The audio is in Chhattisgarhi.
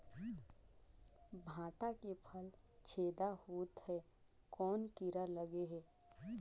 भांटा के फल छेदा होत हे कौन कीरा लगे हे?